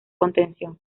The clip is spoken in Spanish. contención